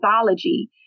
pathology